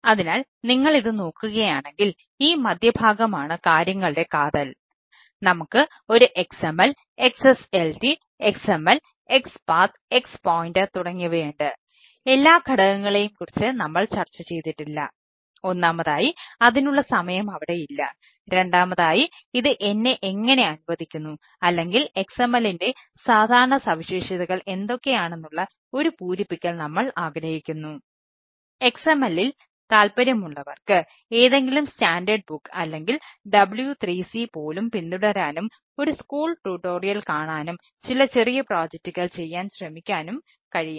അതിനാൽ നിങ്ങൾ ഇത് നോക്കുകയാണെങ്കിൽ ഈ മധ്യഭാഗമാണ് കാര്യങ്ങളുടെ കാതൽ നമുക്ക് ഒരു XML XSLT XML X path ചെയ്യാൻ ശ്രമിക്കാനും കഴിയും